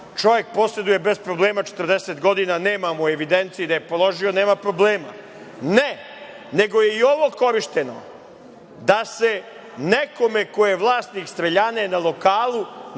čovek poseduje bez problema 40 godina, nemamo u evidenciji da je položio, nema problema. Ne, nego je i ovo korišćeno da se nekome ko je vlasnik streljane na lokalu napravi